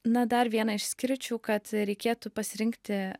na dar vieną išskirčiau kad reikėtų pasirinkti